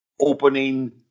opening